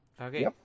Okay